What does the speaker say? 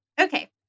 Okay